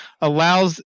allows